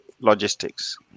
logistics